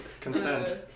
Consent